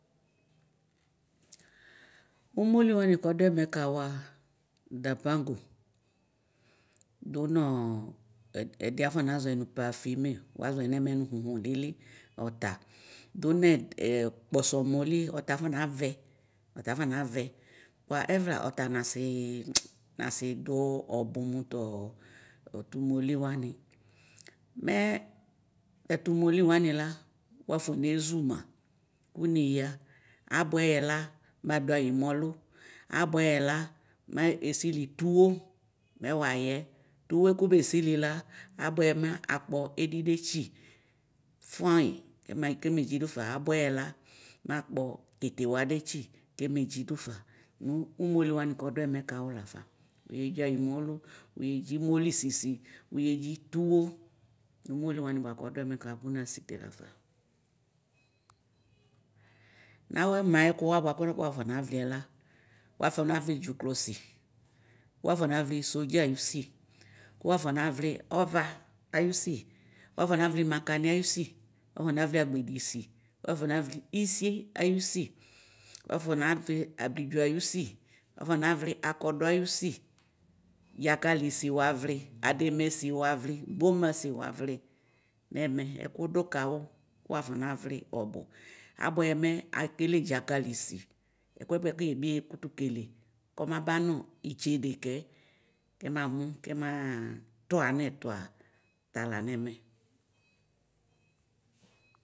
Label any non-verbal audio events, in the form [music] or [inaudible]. Ʋmoli wani bʋakʋ adʋ ɛmɛ wani kawʋa dapazo dʋnʋ ɛdiɛ afɔnazɔɛ nʋ pafuime wazɔɛ nɛmɛ nʋ xʋxʋdili ɔta dʋnʋ [hesitation] kpɔsɔ mʋli ɔta afɔnavɛ bʋɛ ɛvla ɔta nasʋdʋ ɔbʋ mʋtɔ ʋmoli wani mɛ tatʋ mʋli wani la wafɔ nezʋ ma kʋneya abʋɛyɛ la madʋ ayimɔlʋ abwɛyɛ la mɛ akpɔ edidetsi fɔny kemɛ dzi dʋfa abʋɛ yɛ la makpɔ kitiwadetsi kemedzi dʋfa nʋ ʋmʋli wani kɔdʋ ɛmɛ kawʋ lafa wʋyedzi ayimɔlʋ wʋyedzi ʋmʋli sisi wʋyedzi tʋwʋ nʋ ʋmʋli wani kadʋ ɛmɛ kawʋ kʋ nasite lafa. Nawʋ ɛmɛ ayɛkʋwa bʋakʋ wafɔ navli la wafɔ navli dzʋklɔsi wafɔ navli sodza ayʋsi dzakalisi wavli ademɛsi wavli gbomasi wavli nɛmɛ ɛkʋdʋ kawʋ kʋ wafɔnavli ɔbʋ abʋɛyɛ mɛ ekele dzakalisi ɛkʋɛ bʋakʋ yɛbi yakʋtʋ kele kɔmabanʋ itsedekɛ kemamʋ kɛmatʋ anɛtʋa lanɛmɛ.